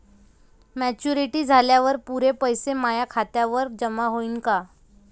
Maturity झाल्यावर पुरे पैसे माया खात्यावर जमा होईन का?